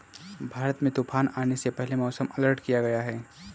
भारत में तूफान आने से पहले मौसम अलर्ट किया गया है